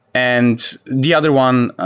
and the other one,